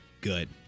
good